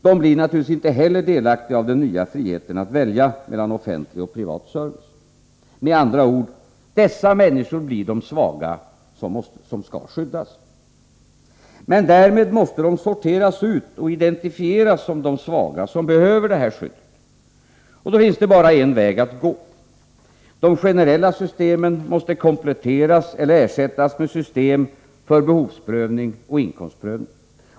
De blir naturligtvis inte heller delaktiga av den nya friheten att välja mellan offentlig och privat service. Med andra ord — dessa människor blir de svaga som skall skyddas. Men därmed måste de sorteras ut och identifieras som de svaga, som behöver detta skydd. Och då finns det bara en väg att gå. De generella systemen måste kompletteras eller ersättas med system för behovsprövning och inkomstprövning.